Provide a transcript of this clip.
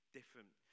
different